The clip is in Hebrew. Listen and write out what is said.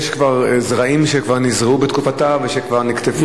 יש זרעים שנזרעו בתקופתה וכבר נקטפו.